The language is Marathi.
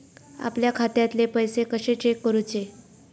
आपल्या खात्यातले पैसे कशे चेक करुचे?